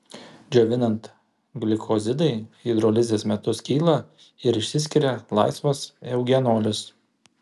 džiovinant glikozidai hidrolizės metu skyla ir išsiskiria laisvas eugenolis